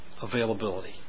availability